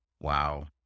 Wow